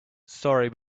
sorry